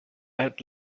had